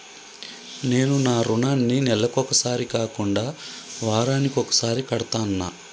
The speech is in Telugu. నేను నా రుణాన్ని నెలకొకసారి కాకుండా వారానికోసారి కడ్తన్నా